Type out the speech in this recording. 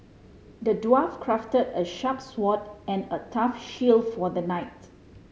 the dwarf crafted a sharp sword and a tough shield for the knight